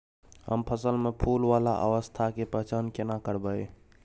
हम फसल में फुल वाला अवस्था के पहचान केना करबै?